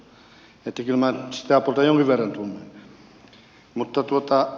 kyllä minä sitä puolta jonkin verran tunnen